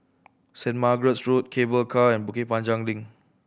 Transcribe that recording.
Saint Margaret's Road Cable Car and Bukit Panjang Link